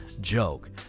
joke